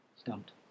Stumped